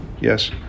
Yes